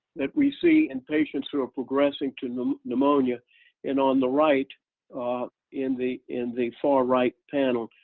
that we see in patients who are progressing to pneumonia and on the right in the in the far right panel,